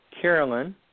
Carolyn